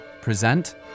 present